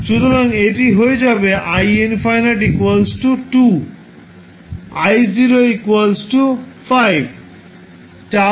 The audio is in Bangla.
সুতরাং এটি হয়ে যাবে i∞ 2 i 5 τ 115